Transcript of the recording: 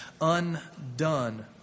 undone